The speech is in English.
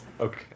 Okay